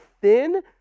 thin